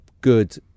good